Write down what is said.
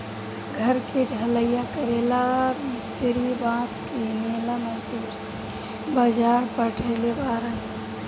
घर के ढलइया करेला ला मिस्त्री बास किनेला मजदूर सन के बाजार पेठइले बारन